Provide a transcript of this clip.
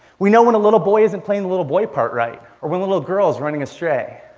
we know when a little boy isn't playing a little boy part right, or when a little girl is running astray.